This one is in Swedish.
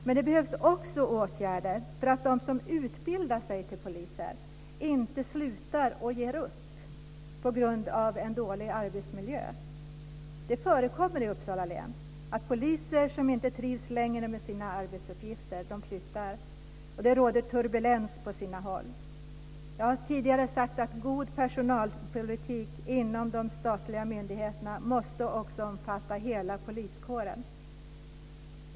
Men det behövs också åtgärder för att de som utbildar sig till poliser inte slutar och ger upp på grund av en dålig arbetsmiljö. Det förekommer i Uppsala län att poliser som inte längre trivs med sina arbetsuppgifter flyttar. Det råder turbulens på sina håll. Jag har tidigare sagt att god personalpolitik inom de statliga myndigheterna också måste omfatta hela poliskåren.